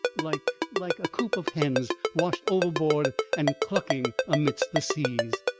like like a coop of hens washed overboard and clucking amidst the seas.